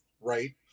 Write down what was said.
right